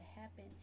happen